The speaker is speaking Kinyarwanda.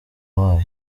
wayo